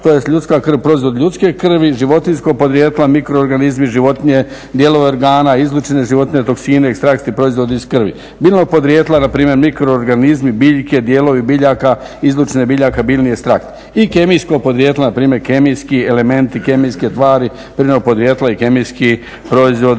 tj. ljudska krv, proizvod ljudske krvi, životinjskog podrijetla, mikroorganizmi životinje, dijelove organa, izlučine životinje toksine, ekstrakti proizvodi iz krvi. biljnog podrijetla npr. mikroorganizmi biljke, dijelovi biljaka, izlučine biljaka, biljni ekstrakt. I kemijskog podrijetla npr. kemijski elementi, kemijske tvari prirodnog podrijetla i kemijski proizvodi